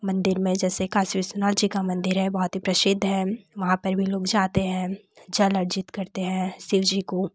मंदिर में जैसे काशी विश्वनाथ जी का मंदिर है बहुत ही प्रसिद्ध है वहाँ पर भी लोग जाते हैं जल अर्जित करते हैं शिवजी को